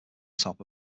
top